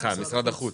משרד החוץ,